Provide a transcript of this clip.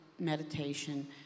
Meditation